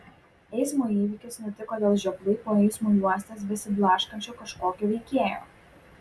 eismo įvykis nutiko dėl žioplai po eismo juostas besiblaškančio kažkokio veikėjo